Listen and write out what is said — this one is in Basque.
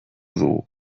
dugu